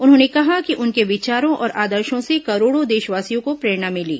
उन्होंने कहा कि उनके विचारों और आदर्शो से करोड़ों देशवासियों को प्रेरणा मिली